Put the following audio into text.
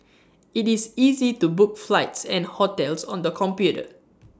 IT is easy to book flights and hotels on the computer